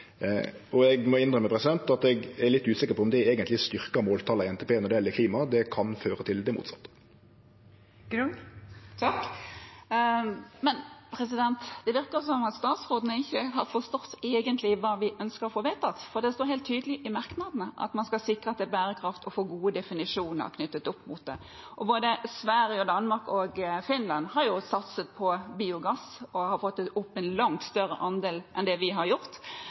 Eg må innrømme at eg er litt usikker på om det eigentleg styrkjer måltala i NTP når det gjeld klima. Det kan føre til det motsette. Det virker som om statsråden egentlig ikke har forstått hva vi ønsket å få vedtatt, for det står helt tydelig i merknadene at man skal sikre at det er bærekraft og få gode definisjoner knyttet opp mot det. Både Sverige, Danmark og Finland har satset på biogass og fått opp en langt større andel enn det vi har gjort.